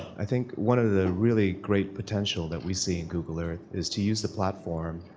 i think one of the really great potential that we see in google earth is to use the platform